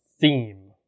theme